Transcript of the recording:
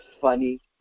funny